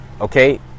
okay